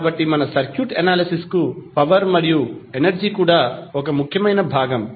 కాబట్టి మన circuit analysis కు పవర్ మరియు ఎనర్జీ కూడా ఒక ముఖ్యమైన భాగం